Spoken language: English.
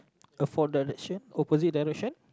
a four direction opposite direction